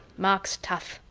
mark's tough.